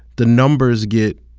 the numbers get